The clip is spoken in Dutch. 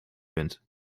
bent